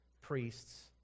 priests